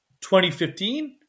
2015